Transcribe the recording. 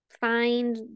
find